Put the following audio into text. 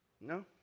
No